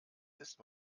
ist